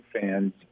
fans